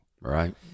Right